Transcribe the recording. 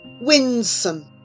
Winsome